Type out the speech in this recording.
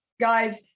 guys